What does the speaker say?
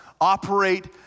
operate